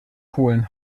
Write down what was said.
polen